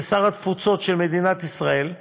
ושר התפוצות של מדינת ישראל,